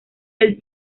del